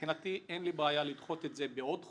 מבחינתי אין לי בעיה לדחות את זה בעוד חודש,